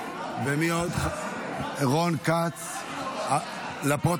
בעד, חמישה נגד, אחד